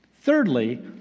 Thirdly